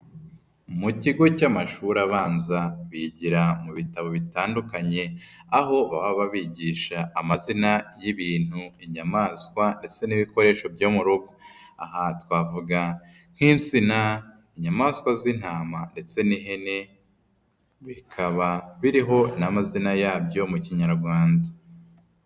Mu kigo cy'amashuri abanza bigira mu bitabo bitandukanye, aho baba bigisha amazina y'ibintu, inyamaswa ndetse n'ibikoresho byo mu rugo, aha twavuga nk'insina, inyamaswa z'intama ndetse n'ihene, bikaba biriho n'amazina yabyo mu Kinyarwanda.